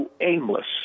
aimless